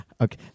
Okay